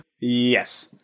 Yes